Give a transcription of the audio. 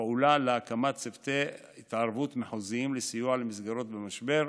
פעולה להקמת צוותי התערבות מחוזיים לסיוע למסגרות במשבר,